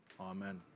Amen